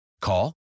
Call